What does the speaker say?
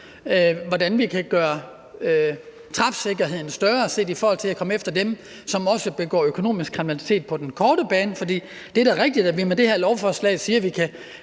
hvordan vi kan gøre træfsikkerheden bedre, i forhold til at komme efter dem, som også begår økonomisk kriminalitet på den korte bane. For det er da rigtigt, at vi med det her lovforslag siger, at vi kan